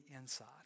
inside